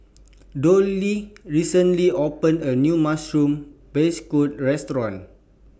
Dollye recently opened A New Mushroom Beancurd Restaurant